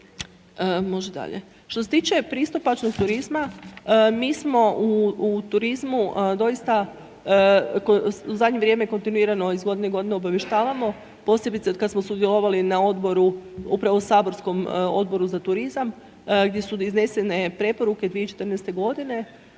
Može dalje? Što se tiče pristupačnosti turizma, mi smo u turizmu doista, u zadnje vrijeme kontinuirano iz godine u godinu obavještavamo, posebice otkad smo sudjelovali na odboru, upravo Saborskom odboru za turizam gdje su iznesene preporuke 2014.g.